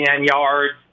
yards